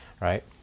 Right